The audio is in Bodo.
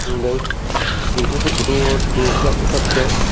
नुदों लैथोफोरखौथ' नुखायाखै खाथियाव